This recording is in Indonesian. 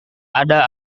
ada